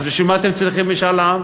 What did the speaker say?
אז בשביל מה אתם צריכים משאל עם?